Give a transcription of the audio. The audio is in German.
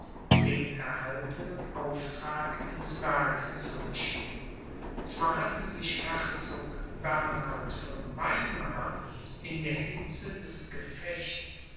den erhaltenen auftrag ins werk zu richten zwar hatte sich herzog bernhard von weimar in der hitze des gefechts